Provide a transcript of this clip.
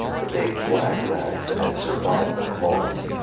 the big black rats that had survived the claws.